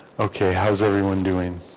okay how's everyone doing